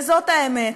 וזאת האמת.